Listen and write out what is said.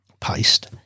paste